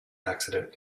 accident